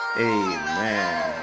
amen